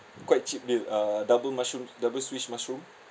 quite cheap deal uh double mushroom double swiss mushroom